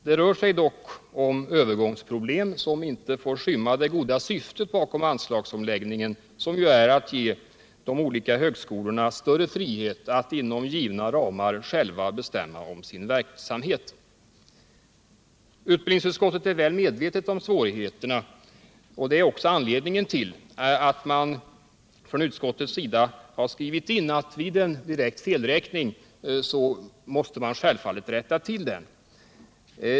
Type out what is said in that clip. Det rör sig dock om övergångsproblem som inte får skymma det goda syftet bakom anslagsomläggningen, som ju är att ge de olika högskolorna större frihet att inom givna ramar själva bestämma om sin verksamhet. Utbildningsutskottet är väl medvetet om svårigheterna, och det är anledningen till att man från utskottets sida har skrivit in att om det sker en direkt felräkning så måste den självfallet rättas till.